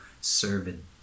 servant